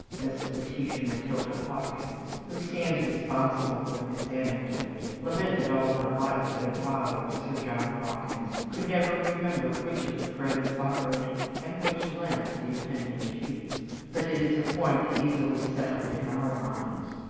miss letitia matilda hawkins, who stands responsible for this anecdote, lamented all her life that her father, sir john hawkins, could never remember which of the friends borrowed and which lent the offending sheets but it is a point easily settled in our minds.